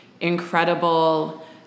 incredible